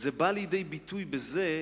זה בא לידי ביטוי בזה,